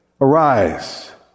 arise